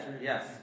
Yes